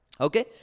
Okay